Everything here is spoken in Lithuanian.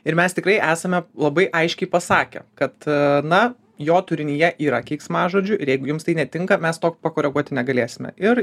ir mes tikrai esame labai aiškiai pasakę kad na jo turinyje yra keiksmažodžių ir jeigu jums tai netinka mes to pakoreguoti negalėsime ir